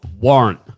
warrant